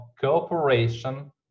cooperation